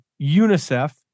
UNICEF